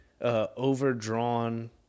overdrawn